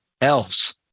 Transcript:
else